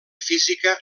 física